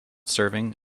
serving